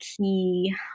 key